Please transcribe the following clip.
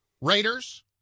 Raiders